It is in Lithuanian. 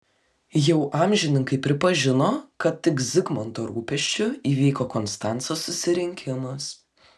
jau amžininkai pripažino kad tik zigmanto rūpesčiu įvyko konstanco susirinkimas